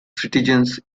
citizens